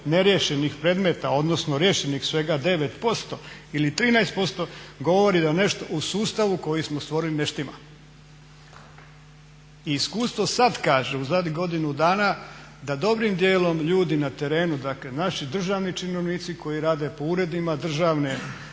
neriješenih predmeta, odnosno riješenih svega 9% ili 13% govori da nešto u sustavu koji smo stvorili ne štima. Iskustvo sad kaže u zadnjih godinu dana da dobrim dijelom ljudi na terenu, dakle naši državni činovnici koji rade po uredima državne,